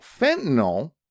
fentanyl